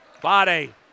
Body